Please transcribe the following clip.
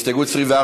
הסתייגות 24,